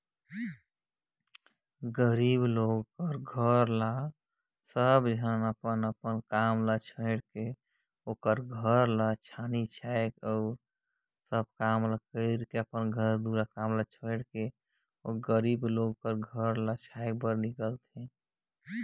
गरीबहा मनखे घर काम आय ले गोटा गाँव कर मन मिलजुल के ओकर घर में परल काम ल निकालथें